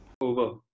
Over